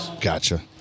Gotcha